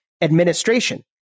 administration